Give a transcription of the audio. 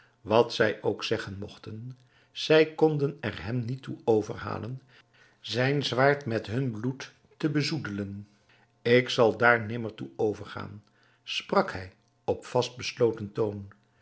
wat zij ook zeggen mogten zij konden er hem niet toe overhalen zijn zwaard met hun bloed te bezoedelen ik zal daar nimmer toe overgaan sprak hij op vast besloten toon